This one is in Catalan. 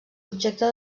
objecte